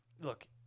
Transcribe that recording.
Look